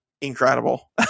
incredible